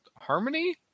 harmony